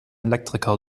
elektriker